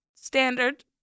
Standard